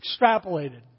extrapolated